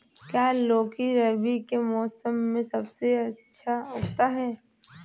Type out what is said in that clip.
क्या लौकी रबी के मौसम में सबसे अच्छा उगता है?